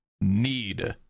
need